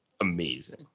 amazing